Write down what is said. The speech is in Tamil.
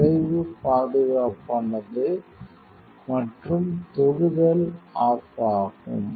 விளைவு பாதுகாப்பானது மற்றும் தொடுதல் ஆப் ஆகும்